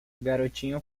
garotinho